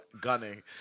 Gunning